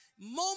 moment